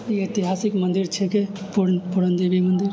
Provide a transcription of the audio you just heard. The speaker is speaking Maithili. ई ऐतिहासिक मन्दिर छेकै पुर पूरन देवी मन्दिर